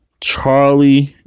Charlie